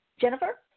Jennifer